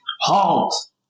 Halt